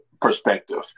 perspective